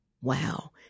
wow